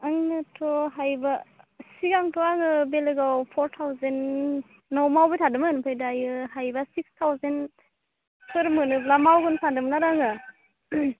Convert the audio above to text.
आंनोथ' हायोबा सिगांथ' आङो बेलेगाव फर थावजेननाव मावबाय थादोंमोन ओमफ्राय दायो हायोबा सिक्स थावजेनफोर मोनोब्ला मावगोन सान्दोंमोन आरो आङो